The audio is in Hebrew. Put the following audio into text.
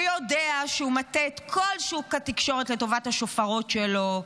שיודע שהוא מטה את כל שוק התקשורת לטובת השופרות שלו,